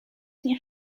nie